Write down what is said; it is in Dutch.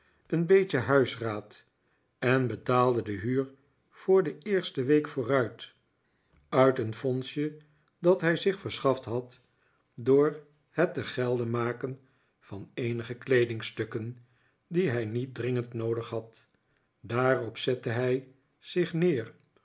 een beetje huisraad en betaalde de huur voor de eerste week vooruit uit een fondsje dat hij zich verschaft had door het te gelde maken van eenige kleedingstukken die hij niet dringend noodig had daarop zette hij zich neer